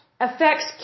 affects